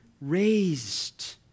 raised